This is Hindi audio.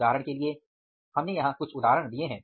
उदाहरण के लिए हमने यहां कुछ उदाहरण दिए हैं